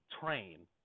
train